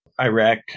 Iraq